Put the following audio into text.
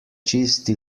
čisti